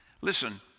listen